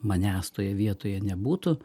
manęs toje vietoje nebūtų